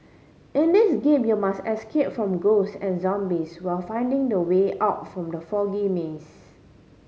in this game you must escape from ghost and zombies while finding the way out from the foggy maze